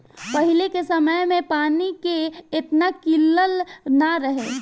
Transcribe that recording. पहिले के समय में पानी के एतना किल्लत ना रहे